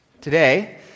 today